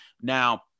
now